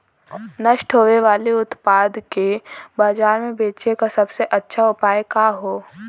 नष्ट होवे वाले उतपाद के बाजार में बेचे क सबसे अच्छा उपाय का हो?